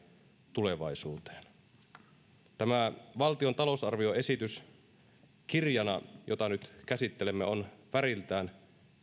tulevaisuuteen valtion talousarvioesitys jota nyt käsittelemme on kirjana väriltään